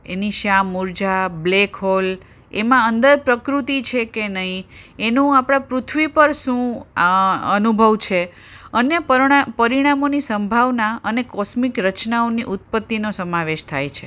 એની શ્યામ ઉર્જા black hole એમાં અંદર પ્રકૃતિ છે કે નહીં એનું આપણાં પૃથ્વી પર શું અનુભવ છે અને પરણા પરિણામોની સંભાવના અને કોસ્મિક રચનાઓની ઉત્પત્તિનો સમાવેશ થાય છે